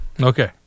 Okay